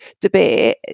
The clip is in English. debate